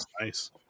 Nice